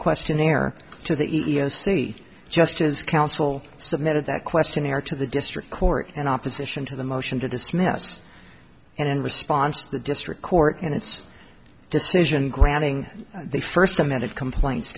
questionnaire to the e e o c just as counsel submitted that questionnaire to the district court in opposition to the motion to dismiss and in response the district court in its decision granting the first amended complaints